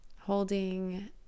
holding